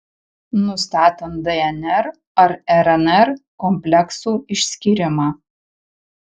nustatant dnr ar rnr kompleksų išskyrimą